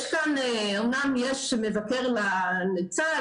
אומנם יש מבקר לצה"ל,